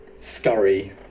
scurry